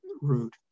route